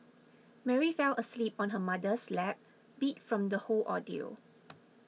Mary fell asleep on her mother's lap beat from the whole ordeal